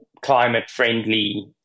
climate-friendly